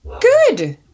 good